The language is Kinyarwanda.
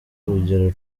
urugero